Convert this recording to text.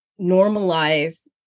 normalize